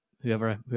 whoever